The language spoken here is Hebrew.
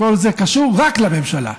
קשור לממשלה.